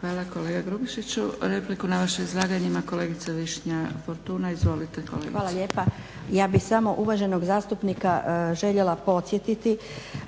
Hvala kolega Grubišiću. Repliku na vaše izlaganje ima kolegica Višnja Fortuna. Izvolite kolegice. **Fortuna, Višnja (HSU)** Hvala lijepa. Ja bih samo uvaženog zastupnika željela podsjetiti